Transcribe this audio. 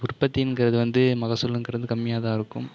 உற்பத்திங்கிறது வந்து மகசூல்ங்கிறது கம்மியாக தான் இருக்கும்